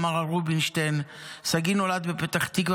אמר על רובינשטיין: שגיא נולד בפתח תקווה